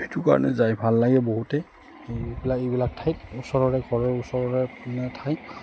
সেইটো কাৰণে যায় ভাল লাগে বহুতেই এইবিলাক এইবিলাক ঠাইত ওচৰৰে ঘৰৰ ওচৰৰে মানে ঠাই